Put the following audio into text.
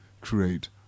create